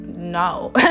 no